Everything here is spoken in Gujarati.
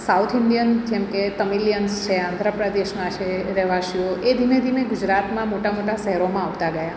સાઉથ ઈન્ડિયન્સ જેમ કે તમિલિયન્સ છે આંધ્રપ્રદેશના છે રહેવાસીઓ એ ધીમે ધીમે ગુજરાતમાં મોટા મોટા શહેરોમાં આવતા ગયા